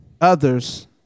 others